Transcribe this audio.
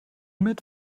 mit